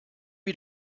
you